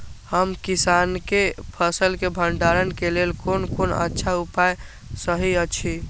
हम किसानके फसल के भंडारण के लेल कोन कोन अच्छा उपाय सहि अछि?